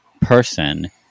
person